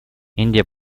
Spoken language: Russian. индия